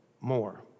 more